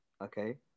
Okay